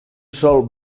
sol